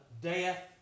death